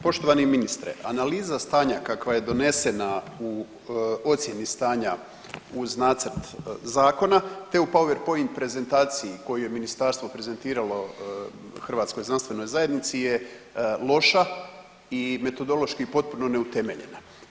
Poštovani ministre, analiza stanja kakva je donesena u ocijeni stanja uz nacrt zakona, te u PowerPoint prezentaciji koju je ministarstvo prezentiralo hrvatskoj znanstvenoj zajednici je loša i metodološki potpuno neutemeljena.